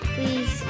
Please